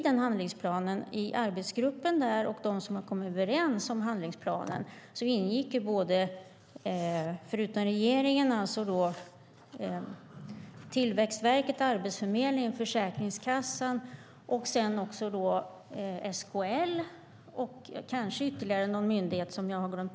I arbetsgruppen som har kommit överens om handlingsplanen ingick, förutom regeringen, Tillväxtverket, Arbetsförmedlingen, Försäkringskassan, SKL och kanske ytterligare någon myndighet som jag har glömt.